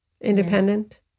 Independent